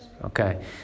Okay